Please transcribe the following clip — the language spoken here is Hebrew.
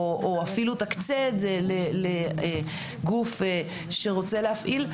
או אפילו תקצה את זה לגוף שרוצה להפעיל,